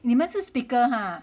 你们是 speaker ah